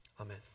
Amen